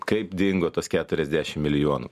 kaip dingo tas keturiasdešimt milijonų